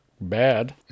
bad